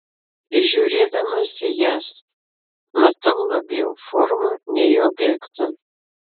žiūrėdamas į jas matau labiau formą nei objektą